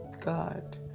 God